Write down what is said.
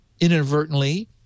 inadvertently